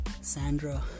Sandra